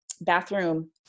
bathroom